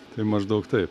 tai maždaug taip